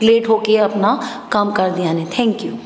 late ਹੋ ਕੇ ਆਪਣਾ ਕੰਮ ਕਰਦੇ ਹਨ ਥੈਂਕ ਯੂ